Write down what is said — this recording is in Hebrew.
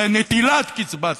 זה נטילת קצבת הנכות.